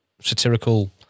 satirical